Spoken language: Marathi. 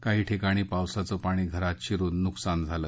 काही ठिकाणी पावसाचं पाणी घरात शिरून नुकसान झालं